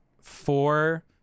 four